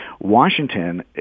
Washington